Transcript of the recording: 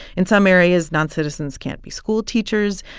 in some areas, noncitizens can't be school teachers.